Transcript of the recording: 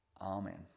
amen